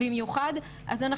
ושל מצלמות